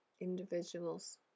individuals